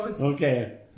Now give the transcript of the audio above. Okay